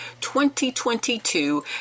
2022